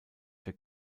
für